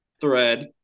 thread